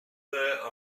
there